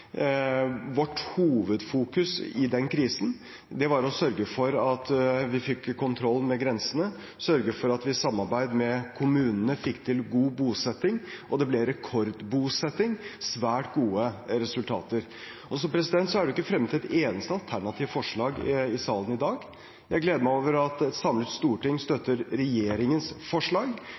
Vårt hovedfokus i den krisen var å sørge for at vi fikk kontroll med grensene, og sørge for at vi i samarbeid med kommunene fikk til god bosetting, og det ble rekordbosetting – svært gode resultater. Det er ikke fremmet et eneste alternativt forslag i salen i dag. Jeg gleder meg over at et samlet storting støtter regjeringens forslag,